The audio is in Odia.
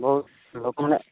ବହୁତ ଲୋକମାନେ